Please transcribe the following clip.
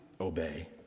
obey